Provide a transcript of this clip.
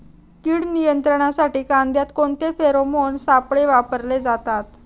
कीड नियंत्रणासाठी कांद्यात कोणते फेरोमोन सापळे वापरले जातात?